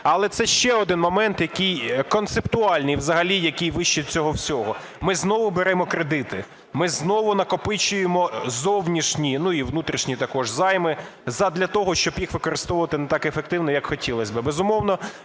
Але це ще один момент, який концептуальний взагалі, який вище цього всього. Ми знову беремо кредити, ми знову накопичуємо зовнішні, ну, і внутрішні також, займи задля того, щоб їх використовувати не так ефективно, як хотілось би.